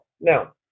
now